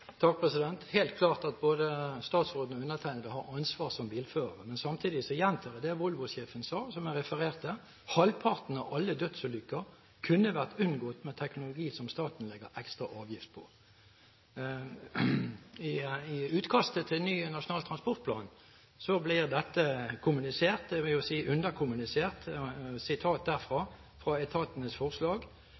helt klart at både statsråden og undertegnede har ansvar som bilførere. Samtidig gjentar jeg det Volvo-sjefen sa og som jeg refererte: «Halvparten av alle dødsulykker kunne vært unngått med teknologi som staten legger ekstra avgift på.» I utkastet til ny nasjonal transportplan blir det kommunisert, dvs. underkommunisert – et sitat fra etatenes forslag